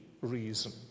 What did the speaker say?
reason